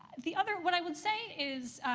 the other what i would say is,